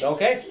Okay